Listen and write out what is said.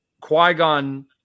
Qui-Gon